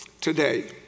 today